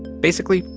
basically,